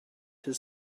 his